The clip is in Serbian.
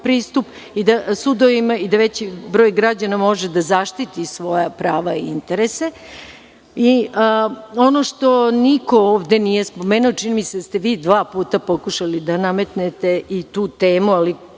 pristup sudovima i da veći broj građana može da zaštiti svoja prava i interese. Ono što niko ovde nije spomenuo, čini mi se da ste vi dva puta pokušali da nametnete i tu temu, ali